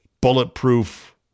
bulletproof